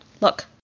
Look